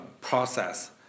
process